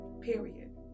Period